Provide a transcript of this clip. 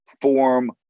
form